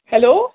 hello